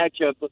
matchup